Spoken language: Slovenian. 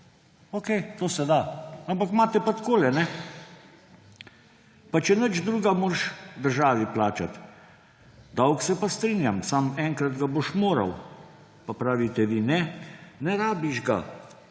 Okej, to se da, ampak imate pa takole, »… pa če nič drugega, moraš državi plačat davek. Se pa strinjam. Samo, enkrat ga boš moral …«, pa pravite vi: »Ne, ne rabiš ga